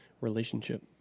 relationship